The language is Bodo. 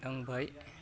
दांबाय